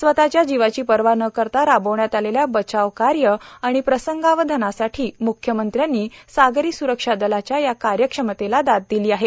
स्वतःच्या जीवाची पर्वा न करता राबविण्यात आलेले बचाव कार्य आणि प्रसंगावधानासाठी म्ख्यमंत्र्यांनी सागरी स्रक्षा दलाच्या या कार्यक्षमतेला दाद दिली आहे